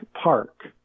Park